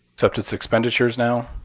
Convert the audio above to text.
except it's expenditures now,